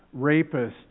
rapists